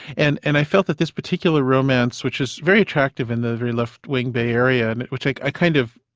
and and i felt that this particular romance, which is very attractive, in the very left wing bay area, and which like i kind of,